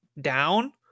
down